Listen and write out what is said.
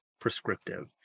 prescriptive